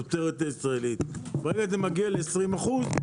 מהייבוא של התוצרת החקלאית נעשית על ידי הרשתות